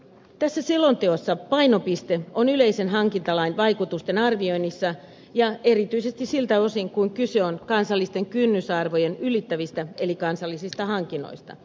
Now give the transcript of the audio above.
tässä selonteossa painopiste on yleisen hankintalain vaikutusten arvioinnissa ja erityisesti siltä osin kuin kyse on kansallisten kynnysarvojen ylittävistä eli kansallisista hankinnoista